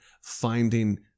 Finding